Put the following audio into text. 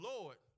Lord